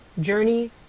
Journey